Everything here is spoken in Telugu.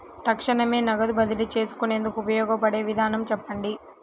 తక్షణమే నగదు బదిలీ చేసుకునేందుకు ఉపయోగపడే విధానము చెప్పండి?